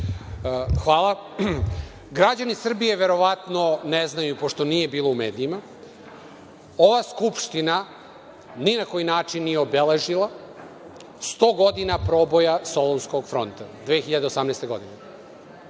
Hvala. Građani Srbije verovatno ne znaju, pošto nije bilo u medijima, ova Skupština ni na koji način nije obeležila sto godina proboja Solunskog fronta, 2018. godine.